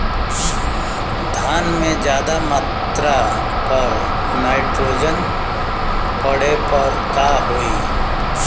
धान में ज्यादा मात्रा पर नाइट्रोजन पड़े पर का होई?